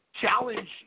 Challenge